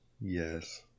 yes